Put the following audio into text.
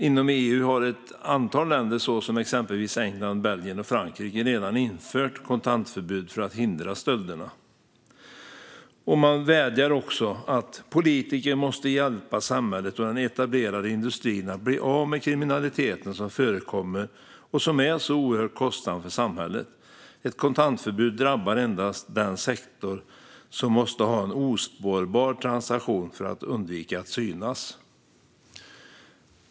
Inom EU har ett antal länder, exempelvis England, Belgien och Frankrike, redan infört kontantförbud för att hindra stölderna. De vädjar till politiker att hjälpa samhället och den etablerade industrin att bli av med kriminaliteten, som är så oerhört kostsam för samhället. Ett kontantförbud drabbar endast den sektor som måste ha en ospårbar transaktion för att undvika att synas.